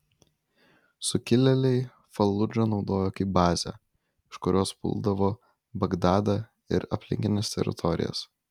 sukilėliai faludžą naudojo kaip bazę iš kurios puldavo bagdadą ir aplinkines teritorijas